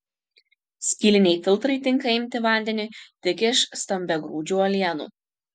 skyliniai filtrai tinka imti vandeniui tik iš stambiagrūdžių uolienų